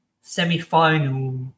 semi-final